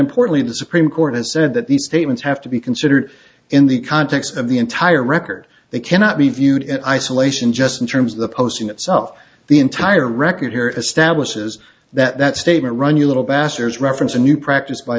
importantly the supreme court has said that these statements have to be considered in the context of the entire record they cannot be viewed in isolation just in terms of the posting itself the entire record here establishes that statement run you little bastards reference and you practice by